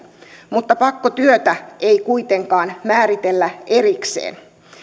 mutta pakkotyötä ei kuitenkaan määritellä erikseen